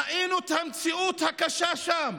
ראינו את המציאות הקשה שם,